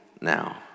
now